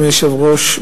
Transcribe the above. אדוני היושב-ראש,